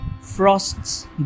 Frost's